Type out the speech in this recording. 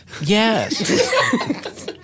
Yes